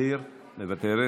מוותרת,